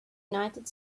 united